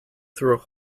through